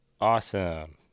Awesome